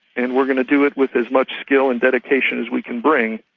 and we're going to do it with as much skill and dedication as we can bring.